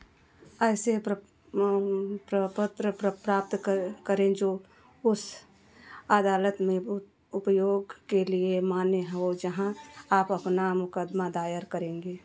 ऐसे प्रपत्र प्राप्त करें जो उस अदालत में उपयोग के लिए मान्य हो जहाँ आप अपना मुकदमा दायर करेंगे